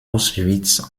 auschwitz